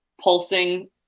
pulsing